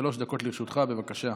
שלוש דקות לרשותך, בבקשה.